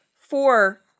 four